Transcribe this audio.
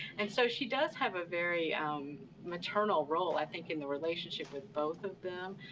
and so she does have a very um maternal role, i think, in the relationship with both of them.